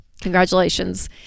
congratulations